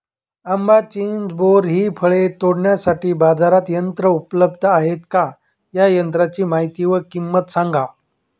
आंबा, चिंच, बोर हि फळे तोडण्यासाठी बाजारात यंत्र उपलब्ध आहेत का? या यंत्रांची माहिती व किंमत सांगा?